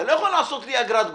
אתה לא יכול לעשות לי אגרת גודש,